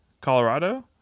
Colorado